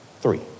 three